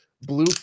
blue